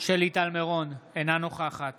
שלי טל מירון, אינה נוכחת